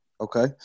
Okay